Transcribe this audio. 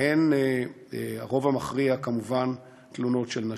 ומהן הרוב המכריע, כמובן, הן תלונות של נשים.